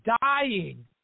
dying